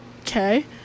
okay